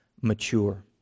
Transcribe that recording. mature